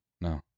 No